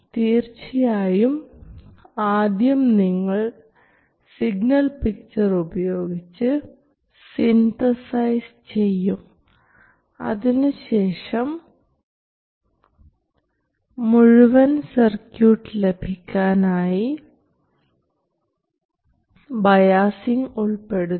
തീർച്ചയായും ആദ്യം നിങ്ങൾ സിഗ്നൽ പിക്ചർ ഉപയോഗിച്ച് സിന്തസൈസ് ചെയ്യും അതിനു ശേഷം മുഴുവൻ സർക്യൂട്ട് ലഭിക്കാനായി ബയാസിംഗ് ഉൾപ്പെടുത്തും